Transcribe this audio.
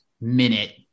minute